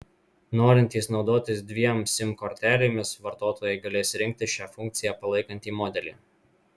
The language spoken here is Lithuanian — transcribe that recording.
norintys naudotis dviem sim kortelėmis vartotojai galės rinktis šią funkciją palaikantį modelį